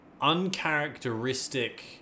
uncharacteristic